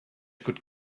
could